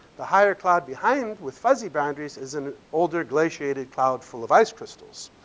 the higher cloud behind with fuzzy boundaries is an older glaciated cloud full of ice crystals.